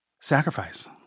sacrifice